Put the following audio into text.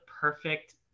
perfect